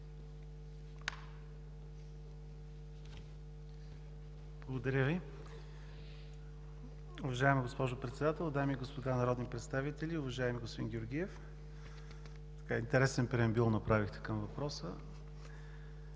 ПОРОЖАНОВ: Уважаема госпожо Председател, дами и господа народни представители! Уважаеми господин Георгиев, интересен преамбюл направихте към въпроса.